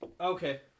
Okay